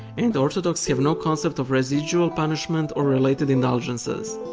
and orthodox have no concept of residual punishment or related indulgences.